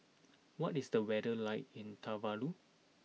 what is the weather like in Tuvalu